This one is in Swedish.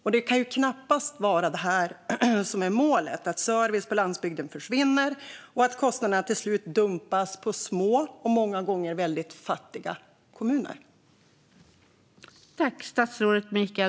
Målet kan knappast vara att servicen på landsbygden försvinner och att kostnaderna till slut dumpas på små och många gånger väldigt fattiga kommuner.